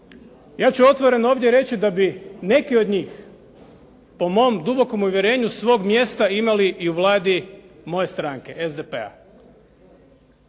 Ja ću otvoreno ovdje reći da bi neki od njih po mom dubokom uvjerenju svog mjesta imali i u Vladi moje stranke SDP-a